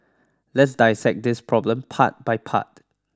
let's dissect this problem part by part